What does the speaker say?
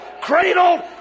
cradled